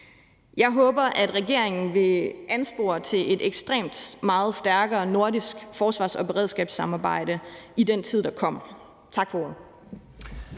Jeg håber, at regeringen vil anspore til et ekstremt meget stærkere nordisk forsvars- og beredskabssamarbejde i den tid, der kommer. Tak for ordet.